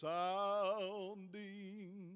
sounding